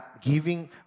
giving